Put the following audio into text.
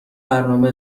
برنامه